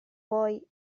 poi